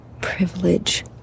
privilege